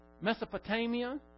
Mesopotamia